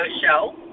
show